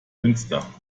münster